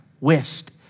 wished